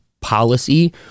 policy